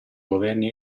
governi